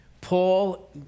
Paul